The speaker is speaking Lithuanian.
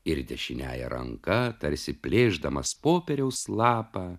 ir dešiniąja ranka tarsi plėšdamas popieriaus lapą